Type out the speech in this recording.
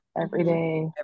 Everyday